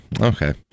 okay